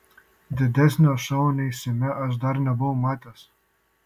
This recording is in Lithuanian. didesnio šou nei seime aš dar nebuvau matęs